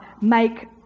make